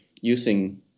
using